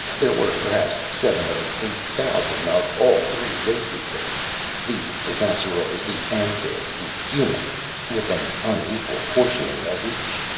there were perhaps seven or eight thousand of all three races there the ssassarors, the amphibs, the humans with an unequal portioning of each.